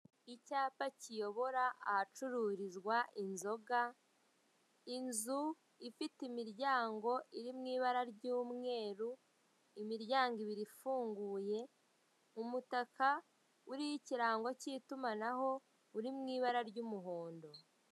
Icyapa kiyobora ahacururizwa inzoga; inzu ifite imiryango iri mu ibara ry'umweru; imiryango ibiri ifunguye, umutaka uriho ikirango cy'itumanaho, uri mu ibara ry'umuhondo.